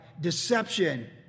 deception